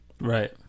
Right